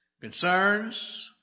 concerns